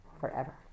forever